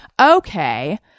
Okay